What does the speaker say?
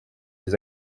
les